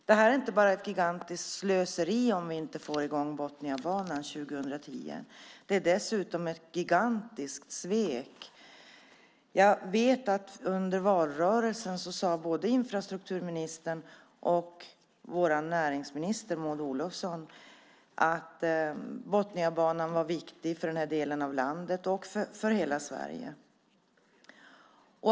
Om vi inte får i gång Botniabanan 2010 är det inte bara ett gigantiskt slöseri. Det är dessutom ett gigantiskt svek. Under valrörelsen sade både infrastrukturministern och vår näringsminister Maud Olofsson att Botniabanan var viktig för den norra delen av landet och för hela Sverige.